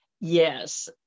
Yes